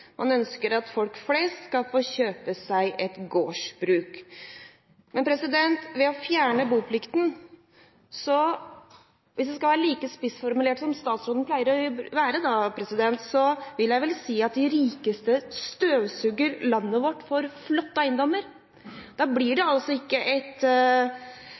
man ønsker at folk flest skal kunne få kjøpe seg et gårdsbruk. Men ved å fjerne boplikten vil jeg vel si – hvis jeg skal være like spissformulert som statsråden pleier å være – at de rikeste støvsuger landet vårt for flotte eiendommer. Da blir det altså ikke mulighet for folk flest til å kjøpe seg et